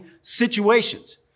situations